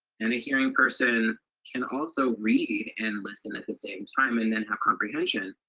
and a hearing person can also read and listen at the same time, and then have comprehension,